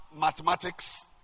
mathematics